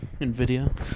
NVIDIA